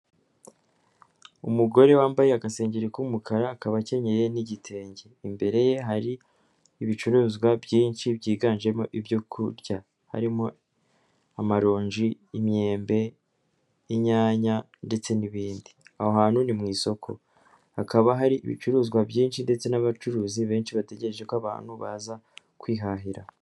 Umugore wambaye agasengeri k'umukara, akaba akenyeye n'igitenge, imbere ye hari ibicuruzwa byinshi byiganjemo ibyo kurya harimo: amaronji, imyembe, inyanya ndetse n'ibindi, aho hantu ni mu isoko, hakaba hari ibicuruzwa byinshi, ndetse n'abacuruzi benshi bategereje ko abantu baza kwihahira.